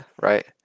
right